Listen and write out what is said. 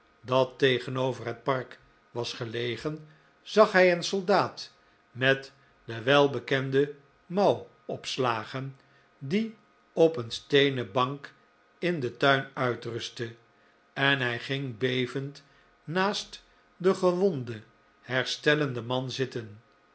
dat tegenover het park was gelegen zag hij een soldaat met de welbekende mouw opslagen die op een steenen bank in den tuin uitrustte en hij ging bevend naast den gewonden herstellenden man zitten